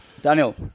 Daniel